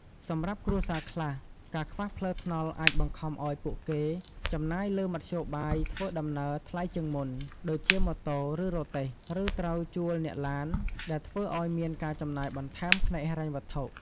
សម្រាប់គ្រួសារខ្លះ ការខ្វះផ្លូវថ្នល់អាចបង្ខំឱ្យពួកគេចំណាយលើមធ្យោបាយធ្វើដំណើរថ្លៃជាងមុន (ដូចជាម៉ូតូ ឬរទេះ) ឬត្រូវជួលអ្នកឡាន ដែលធ្វើអោយមានការចំណាយបន្ថែមផ្នែកហិរញ្ញវត្ថុ។